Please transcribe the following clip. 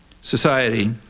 society